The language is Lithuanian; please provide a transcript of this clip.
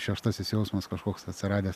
šeštasis jausmas kažkoks atsiradęs